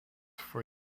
for